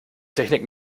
technik